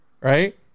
right